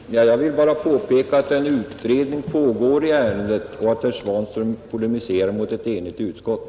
Herr talman! Jag vill bara påpeka att en utredning pågår i ärendet och att herr Svanström polemiserar mot ett enigt utskott.